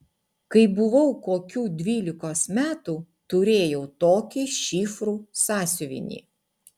kai buvau kokių dvylikos metų turėjau tokį šifrų sąsiuvinį